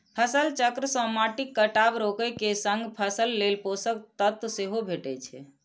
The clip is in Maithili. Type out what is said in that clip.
फसल चक्र सं माटिक कटाव रोके के संग फसल लेल पोषक तत्व सेहो भेटै छै